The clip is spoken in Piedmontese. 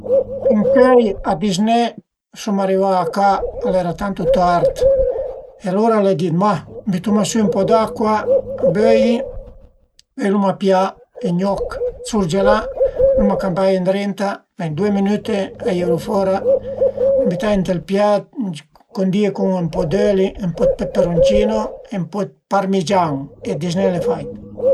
Ëncöi a dizné suma arivà a ca al era tantu tard e alura l'ai di ma bütuma sü ën po d'acua a böi, pöi l'uma pià i gnoch surgelà, l'uma campaie ëndrinta e ën due minüte a ieru fora, bütaie ënt ël piat, cundìe cun ën po d'öli e dë peperoncino e ën po dë parmigian e dizné al e fait